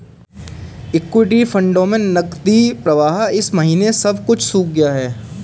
equity फंडों में नकदी प्रवाह इस महीने सब कुछ सूख गया है